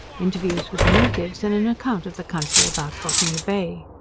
interviews with the natives and an account of the country about botany bay.